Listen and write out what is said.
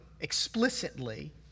explicitly